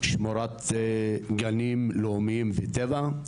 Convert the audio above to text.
שמורת גנים לאומיים וטבע.